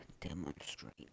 demonstrate